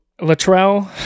latrell